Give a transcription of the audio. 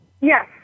Yes